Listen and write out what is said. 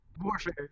Warfare